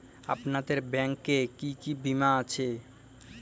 আপনাদের ব্যাংক এ কি কি বীমা আছে?